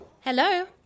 hello